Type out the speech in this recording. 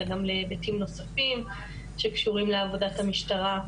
אלא גם על היבטים נוספים שקשורים לעבודת המשטרה.